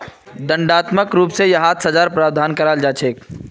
दण्डात्मक रूप स यहात सज़ार प्रावधान कराल जा छेक